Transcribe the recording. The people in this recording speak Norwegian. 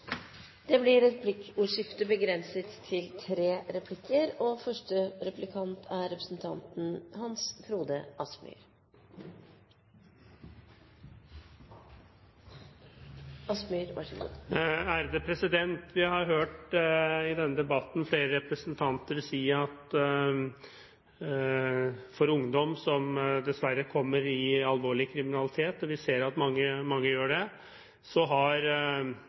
Det blir replikkordskifte. Vi har i denne debatten hørt flere representanter si at for ungdom som dessverre havner ut i alvorlig kriminalitet – og vi ser at mange gjør det – har